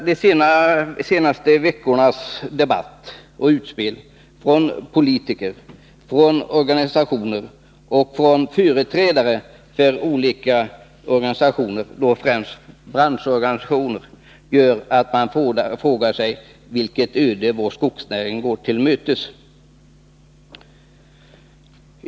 De senaste veckornas debatt och utspel från politiker, organisationer och företrädare för olika organisationer — främst branschorganisationer — gör att man frågar sig vilket öde vår skogsnäring går till mötes.